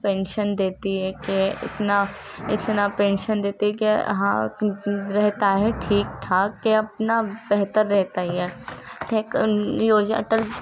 pension دیتی ہے کہ اتنا اتنا پینشن دیتی ہے کہ ہاں رہتا ہے ٹھیک ٹھاک کہ اپنا بہتر رہتا ہی ہے اٹل